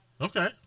Okay